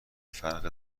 فرق